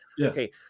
Okay